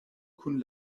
kun